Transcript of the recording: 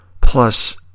Plus